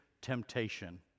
temptation